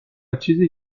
چیزی